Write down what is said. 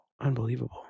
unbelievable